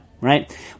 Right